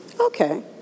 Okay